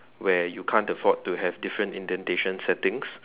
where you can't afford to have different indentation settings